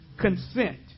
consent